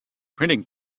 printing